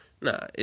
nah